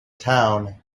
town